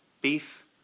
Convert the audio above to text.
beef